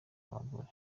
abagore